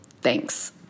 Thanks